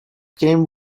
came